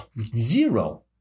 zero